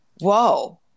Whoa